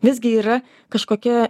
visgi yra kažkokia